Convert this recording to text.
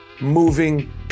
moving